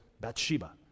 Bathsheba